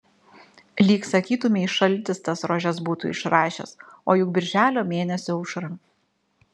lyg sakytumei šaltis tas rožes būtų išrašęs o juk birželio mėnesio aušra